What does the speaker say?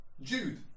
Jude